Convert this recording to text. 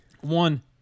One